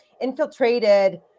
infiltrated